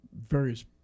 Various